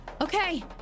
okay